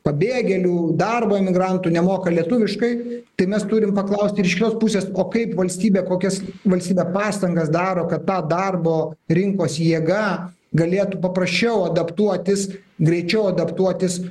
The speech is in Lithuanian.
pabėgėlių darbo imigrantų nemoka lietuviškai tai mes turim paklaust ir iš jos pusės o kaip valstybė kokios valstybė pastangas daro kad ta darbo rinkos jėga galėtų paprasčiau adaptuotis greičiau adaptuotis